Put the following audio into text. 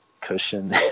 cushion